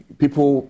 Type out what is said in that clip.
people